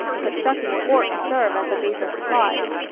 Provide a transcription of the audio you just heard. and constructing a fort to serve as a base of supplies.